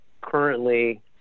currently